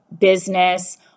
business